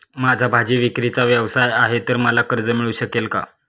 माझा भाजीविक्रीचा व्यवसाय आहे तर मला कर्ज मिळू शकेल का?